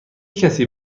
کسی